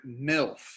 MILF